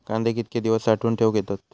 कांदे कितके दिवस साठऊन ठेवक येतत?